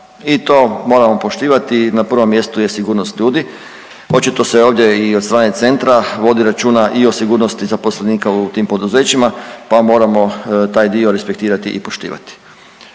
i to moramo poštivati i na prvom mjestu je sigurnost ljudi. Očito se ovdje i od strane centra vodi računa i o sigurnosti zaposlenika u tim poduzećima, pa moramo taj dio respektirati i poštivati.